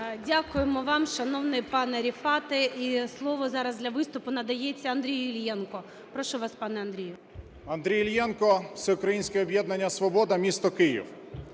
Дякуємо вам, шановний пане Рефате. І слово зараз для виступу надається Андрію Іллєнко. Прошу вас, пане Андрію. 21:00:15 ІЛЛЄНКО А.Ю. Андрій Іллєнко, Всеукраїнське об'єднання "Свобода", місто Київ.